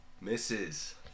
Misses